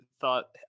thought